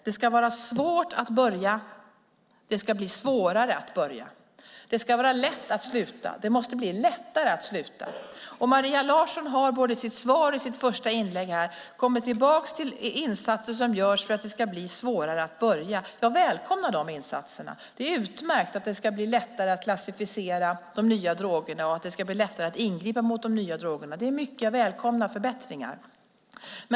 Det ska vara svårt att börja. Det ska bli svårare att börja. Det ska vara lätt att sluta. Det måste bli lättare att sluta. Maria Larsson har både i sitt svar och i sitt första inlägg här kommit tillbaka till insatser som görs för att det ska bli svårare att börja. Jag välkomnar dessa insatser; det är utmärkt att det ska bli lättare att klassificera de nya drogerna och att det ska bli lättare att ingripa mot de nya drogerna. Det är mycket välkomna förbättringar.